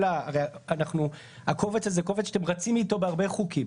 ה הרי הקובץ הזה זה קובץ שאתם רצים איתו בהרבה חוקים,